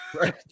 right